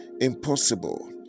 impossible